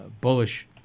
bullish